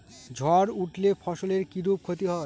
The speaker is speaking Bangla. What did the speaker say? ঝড় উঠলে ফসলের কিরূপ ক্ষতি হয়?